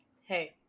Hey